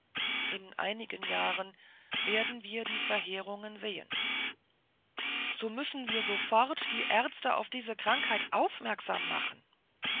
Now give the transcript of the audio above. in einigen jahren werden wir die verheerungen sehen so müssen wir sofort die ärzte auf diese krankheit aufmerksam machen